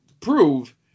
prove